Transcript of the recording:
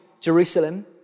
Jerusalem